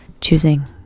choosing